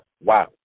wow